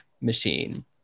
machine